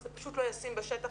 זה פשוט לא ישים בשטח.